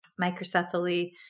microcephaly